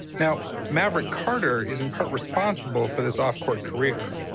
now maverick carter is in part responsible for this off-court career.